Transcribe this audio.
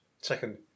second